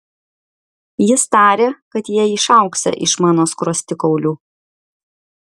jis tarė kad jie išaugsią iš mano skruostikaulių